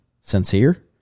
sincere